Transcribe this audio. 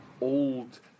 old